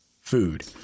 food